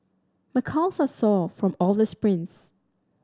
my calves are sore from all the sprints